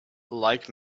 like